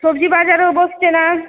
সব্জি বাজারও বসছে না